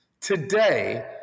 today